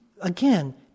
again